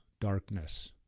darkness